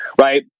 right